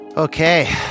okay